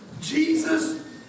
Jesus